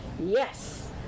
Yes